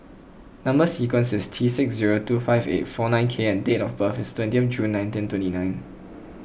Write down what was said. Number Sequence is T six zero two five eight four nine K and date of birth is twenty June nineteen twenty nine